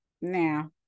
Now